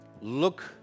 look